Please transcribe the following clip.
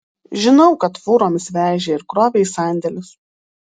žinau kad fūromis vežė ir krovė į sandėlius